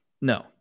No